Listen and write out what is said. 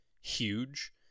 huge